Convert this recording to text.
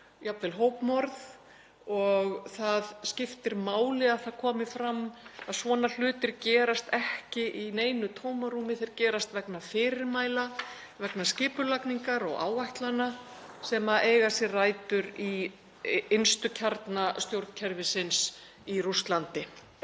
jafnvel hópmorð. Það skiptir máli að það komi fram að svona hlutir gerast ekki í neinu tómarúmi, þeir gerast vegna fyrirmæla, vegna skipulagningar og áætlana sem eiga sér rætur í innsta kjarna stjórnkerfisins í Rússlandi.